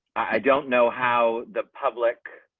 don't know how the public